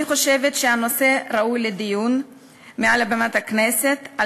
אני חושבת שהנושא ראוי לדיון מעל במת הכנסת,